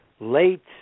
late